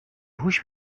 هوش